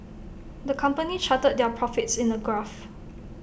the company charted their profits in A graph